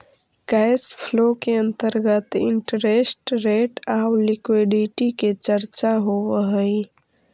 cash flow के अंतर्गत interest rate आउ लिक्विडिटी के चर्चा होवऽ हई